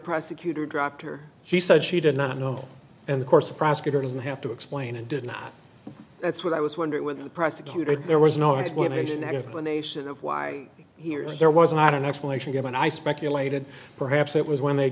prosecutor dropped her she said she did not know and of course the prosecutor doesn't have to explain and did not that's what i was wondering with the prosecutor there was no explanation of the nation of why here there was not an explanation given i speculated perhaps it was when they